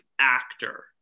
actor